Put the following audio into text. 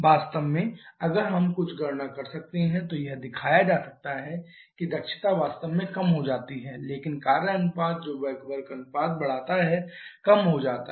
वास्तव में अगर हम कुछ गणना कर सकते हैं तो यह दिखाया जा सकता है कि दक्षता वास्तव में कम हो जाती है लेकिन कार्य अनुपात जो बैक वर्क अनुपात बढ़ाता है कम हो जाता है